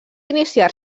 iniciar